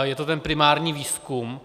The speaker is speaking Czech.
Je to primární výzkum.